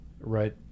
Right